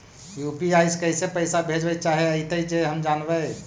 UPI से कैसे पैसा भेजबय चाहें अइतय जे हम जानबय?